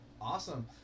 Awesome